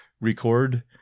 record